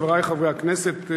חברי חברי הכנסת,